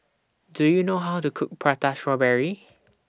Do YOU know How to Cook Prata Strawberry